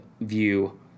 view